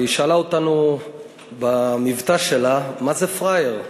והיא שאלה אותנו במבטא שלה מה זה "פראייר".